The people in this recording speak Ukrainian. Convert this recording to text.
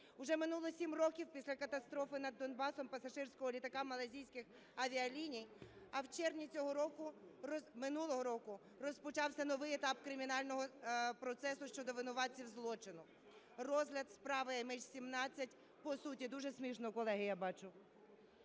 Уже минуло сім років після катастрофи над Донбасом пасажирського літака "Малайзійських авіаліній", а в червні цього року, минулого року розпочався новий етап кримінального процесу щодо винуватців злочину. Розгляд справи МН17, по суті… Дуже смішно, колеги, я бачу.